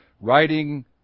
writing